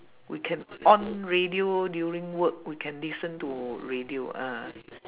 we can on radio during work we can listen to radio ah